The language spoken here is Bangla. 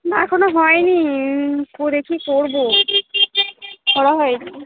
না এখনও হয় নি করে দেখি করবো করা হয়নি